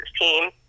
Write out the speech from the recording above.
team